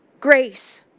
grace